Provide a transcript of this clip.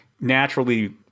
naturally